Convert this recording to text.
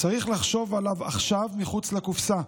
וצריך לחשוב עליה עכשיו מחוץ לקופסה,